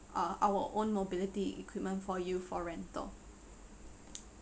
uh our own mobility equipment for you for rental